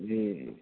ए